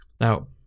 Now